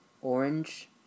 orange